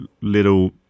little